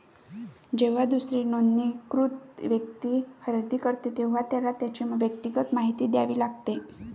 जेव्हा दुसरी नोंदणीकृत व्यक्ती खरेदी करते, तेव्हा त्याला त्याची वैयक्तिक माहिती द्यावी लागते